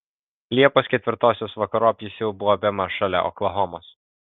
liepos ketvirtosios vakarop jis jau buvo bemaž šalia oklahomos